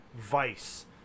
vice